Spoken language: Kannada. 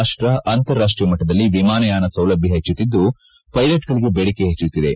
ರಾಷ್ಟ ಅಂತಾರಾಷ್ಷೀಯ ಮಟ್ಟದಲ್ಲಿ ವಿಮಾನಯಾನ ಸೌಲಭ್ಯ ಹೆಚ್ಚುತ್ತಿದ್ದು ವೈಲಟ್ಗಳಿಗೆ ಬೇಡಿಕೆ ಹೆಚ್ಚುತ್ತಿದೆ